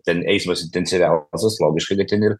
ten eismas intensyviausias logiškai kad ten ir